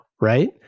right